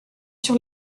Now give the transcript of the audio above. sur